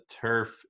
turf